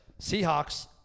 Seahawks